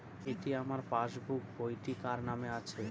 এটি আমার পাসবুক বইটি কার নামে আছে?